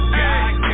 hey